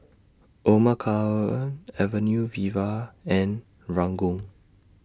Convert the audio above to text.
Omar Khayyam Avenue Viva and Ranggung